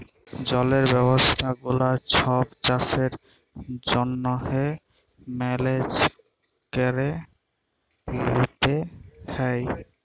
জলের ব্যবস্থা গুলা ছব চাষের জ্যনহে মেলেজ ক্যরে লিতে হ্যয়